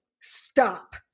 stop